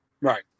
right